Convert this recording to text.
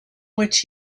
which